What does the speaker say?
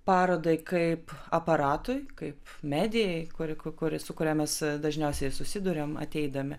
parodai kaip aparatui kaip medijai kuri kuris su kuriomis dažniausiai susiduriam ateidami